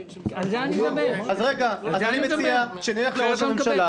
לא יכול --- תביא הסכמה מראש הממשלה